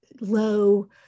low